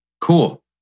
cool